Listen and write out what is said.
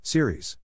Series